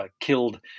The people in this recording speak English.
killed